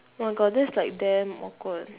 oh my god that's like damn awkward